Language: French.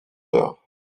heures